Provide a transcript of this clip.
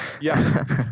Yes